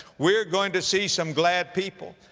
we're going to see some glad people.